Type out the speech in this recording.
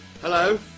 Hello